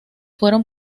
fueron